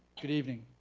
good evening.